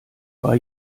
war